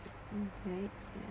mm right